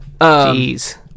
jeez